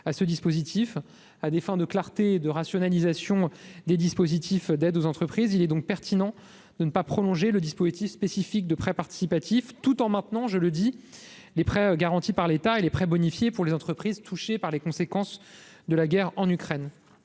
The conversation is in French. à ce dispositif. À des fins de clarté et de rationalisation des dispositifs d'aide aux entreprises, il est pertinent de ne pas prolonger le dispositif spécifique des prêts participatifs, tout en maintenant les prêts garantis par l'État et les prêts bonifiés pour les entreprises touchées par les conséquences de la guerre en Ukraine.